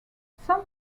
some